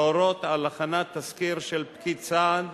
להורות על הכנת תסקיר של פקיד סעד,